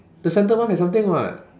the centre one has something [what]